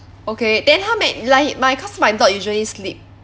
okay then how many like my cause my dog usually sleep